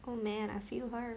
oh man I feel her